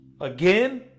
again